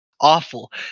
awful